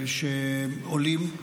שעולים,